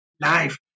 life